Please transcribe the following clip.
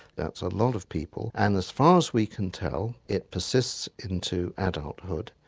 that's a lot of people, and as far as we can tell it persists into adulthood.